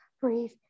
breathe